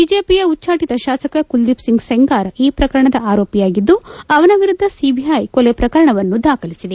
ಬಿಜೆಪಿಯ ಉಚ್ಖಾಟಿತ ಶಾಸಕ ಕುಲದೀಪ್ ಸಿಂಗ್ ಸೆಂಗಾರ್ ಈ ಪ್ರಕರಣದ ಆರೋಪಿಯಾಗಿದ್ದು ಅವನ ವಿರುದ್ದ ಸಿಬಿಐ ಕೊಲೆ ಪ್ರಕರಣವನ್ನು ದಾಖಲಿಸಿದೆ